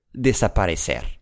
desaparecer